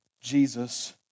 Jesus